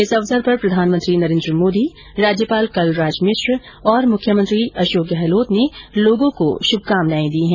इस अवसर पर प्रधानमंत्री नरेन्द्र मोदी राज्यपाल कलराज मिश्र और मुख्यमंत्री अशोक गहलोत ने लोगों को शुभकामनाएं दी है